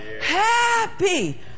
happy